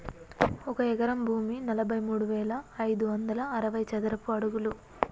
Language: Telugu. ఒక ఎకరం భూమి నలభై మూడు వేల ఐదు వందల అరవై చదరపు అడుగులు